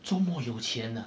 这么有钱呢